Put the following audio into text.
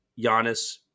Giannis